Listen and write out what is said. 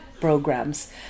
programs